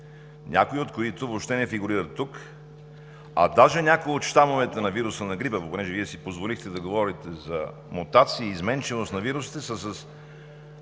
някои от които въобще не фигурират тук. Даже някои от щамовете на вируса на грипа, понеже Вие си позволихте да говорите за мутации, изменчивост на вирусите, са с